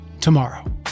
tomorrow